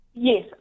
Yes